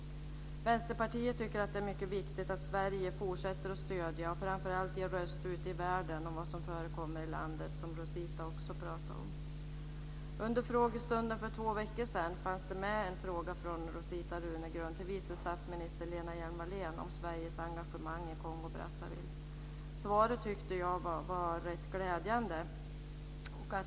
Vänsterpartiet tycker att det är mycket viktigt att Sverige fortsätter att stödja och framför allt ge röst ute i världen åt vad som förekommer i landet, som Rosita Runegrund också pratade om. Under frågestunden för två veckor sedan ställdes en fråga av Rosita Runegrund till vice statsminister Kongo-Brazzaville. Svaret var glädjande.